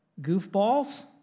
goofballs